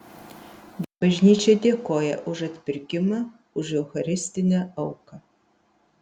bažnyčia dėkoja už atpirkimą už eucharistinę auką